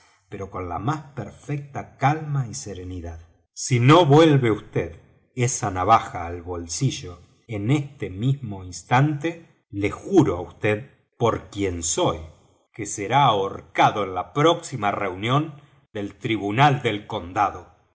pero con la más perfecta calma y serenidad si no vuelve vd esa navaja al bolsillo en este mismo instante le juro á vd por quien soy que será ahorcado en la próxima reunión del tribunal del condado